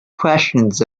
questions